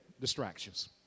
distractions